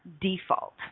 default